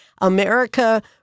America